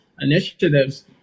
initiatives